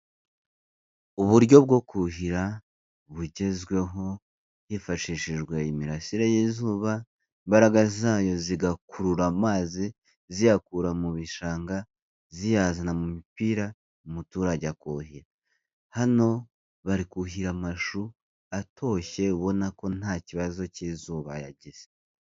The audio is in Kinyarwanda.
Uburyo bwo kuhira bugezweho hifashishijwe imirasire y'izuba imbaraga zayo zigakurura amazi ziyakura mu bishanga ziyazana mu mipira umuturage akuhira, hano barikuhira amashu atoshye ubona ko nta kibazo cy'izuba yagize.